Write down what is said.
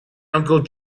uncle